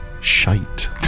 shite